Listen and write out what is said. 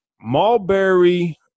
Mulberry